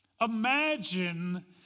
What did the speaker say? Imagine